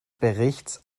berichts